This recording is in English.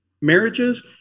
marriages